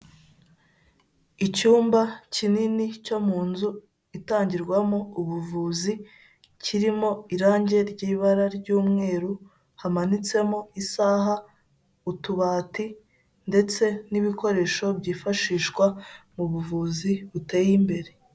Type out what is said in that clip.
Icyumba kinini cyo mu nzu itangirwamo ubuvuzi kirimo irangi ry'ibara ry'umweru, hamanitsemo isaha, utubati ndetse n'ibikoresho byifashishwa mu buvuzi buteye imbere.